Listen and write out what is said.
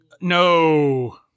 No